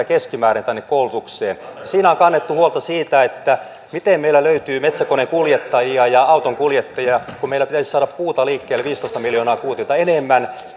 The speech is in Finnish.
keskimäärin tänne koulutukseen siinä on kannettu huolta siitä miten löytyy metsäkoneenkuljettajia ja autonkuljettajia kun meillä pitäisi saada puuta liikkeelle viisitoista miljoonaa kuutiota enemmän